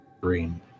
green